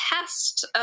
test